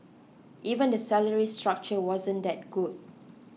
even the salary structure wasn't that good